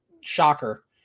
shocker